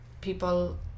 people